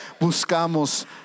buscamos